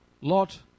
Lot